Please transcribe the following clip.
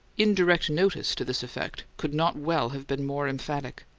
indirect notice to this effect could not well have been more emphatic,